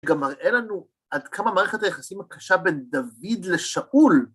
‫שגם מראה לנו עד כמה מערכת היחסים ‫הקשה בין דוד לשאול...